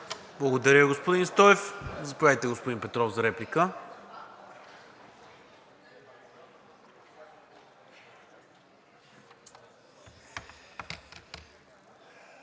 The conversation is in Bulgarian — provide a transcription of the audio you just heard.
Благодаря, господин Стоев. Заповядайте, господин Петров, за реплика.